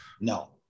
No